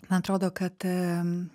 man atrodo kad